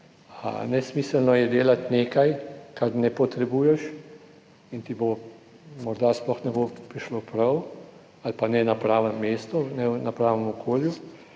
Nesmiselno je delati nekaj, kar ne potrebuješ in ti bo, morda sploh ne bo prišlo prav ali pa ne na pravem mestu, ne na pravem okolju,